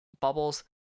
bubbles